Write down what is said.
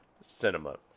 Cinema